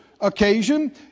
occasion